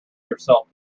yourself